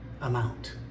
amount